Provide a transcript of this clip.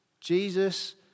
Jesus